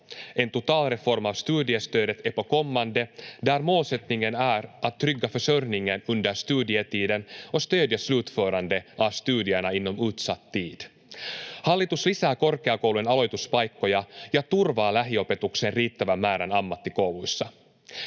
En totalreform av studiestödet är på kommande där målsättningen är att trygga försörjningen under studietiden och stödja slutförandet av studierna inom utsatt tid. Hallitus lisää korkeakoulujen aloituspaikkoja ja turvaa lähiopetuksen riittävän määrän ammattikouluissa.